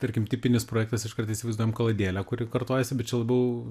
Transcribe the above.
tarkim tipinis projektas iškart įsivaizduojam kaladėlę kuri kartojasi bet čia labiau